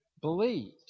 believed